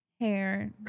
hair